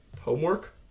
Homework